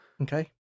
Okay